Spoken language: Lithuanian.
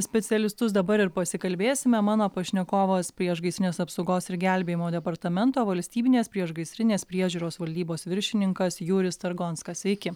specialistus dabar ir pasikalbėsime mano pašnekovas priešgaisrinės apsaugos ir gelbėjimo departamento valstybinės priešgaisrinės priežiūros valdybos viršininkas jūris targonskas sveiki